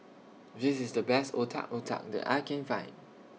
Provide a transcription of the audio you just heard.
This IS The Best Otak Otak that I Can Find